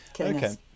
Okay